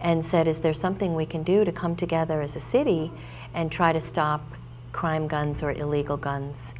and said is there something we can do to come together as a city and try to stop crime guns or illegal guns